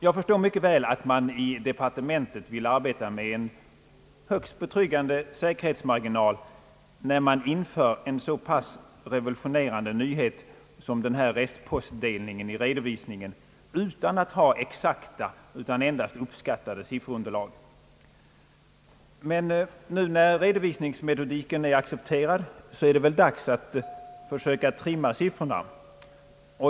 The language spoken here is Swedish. Jag förstår mycket väl att man i departementet vill arbeta med en högst betryggande <säkerhetsmarginal, när man inför en så pass revolutionerande nyhet som den här restpostdelningen i redovisningen trots att man inte har exakt utan endast uppskattat sifferunderlag. Men när nu redovisningsmetodiken har accepterats, är det väl dags att försöka trimma siffrorna.